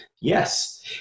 Yes